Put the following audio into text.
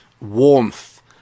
warmth